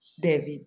David